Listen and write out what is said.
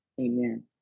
Amen